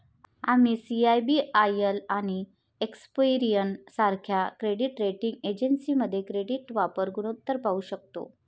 आम्ही सी.आय.बी.आय.एल आणि एक्सपेरियन सारख्या क्रेडिट रेटिंग एजन्सीमध्ये क्रेडिट वापर गुणोत्तर पाहू शकतो